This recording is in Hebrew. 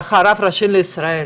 רב ראשי לישראל,